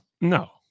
no